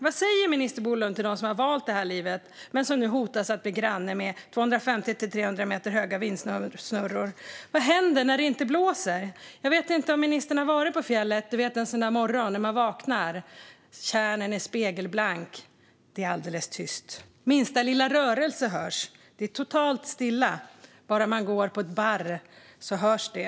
Vad säger minister Bolund till dem som har valt detta liv men som nu hotas av att bli granne med 250-300 meter höga vindsnurror? Vad händer när det inte blåser? Jag vet inte om ministern varit på fjället och varit med om en sådan där morgon då man vaknar och tjärnen är spegelblank och det är alldeles tyst. Minsta lilla rörelse hörs. Det är totalt stilla. Om man bara går på ett barr hörs det.